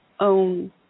own